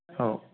हो